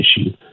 issue